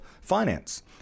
finance